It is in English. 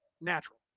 natural